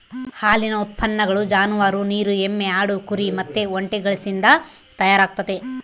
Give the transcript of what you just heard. ಹಾಲಿನ ಉತ್ಪನ್ನಗಳು ಜಾನುವಾರು, ನೀರು ಎಮ್ಮೆ, ಆಡು, ಕುರಿ ಮತ್ತೆ ಒಂಟೆಗಳಿಸಿಂದ ತಯಾರಾಗ್ತತೆ